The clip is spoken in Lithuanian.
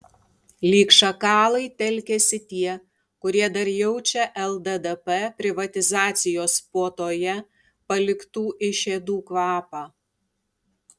lyg šakalai telkiasi tie kurie dar jaučia lddp privatizacijos puotoje paliktų išėdų kvapą